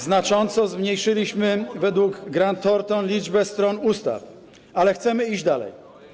Znacząco zmniejszyliśmy, według Grant Thornton, liczbę stron ustaw, ale chcemy iść dalej.